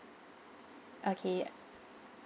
okay